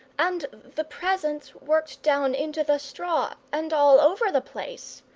and the presents worked down into the straw and all over the place.